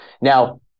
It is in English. Now